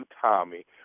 Tommy